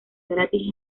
gratis